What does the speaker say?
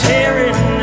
Tearing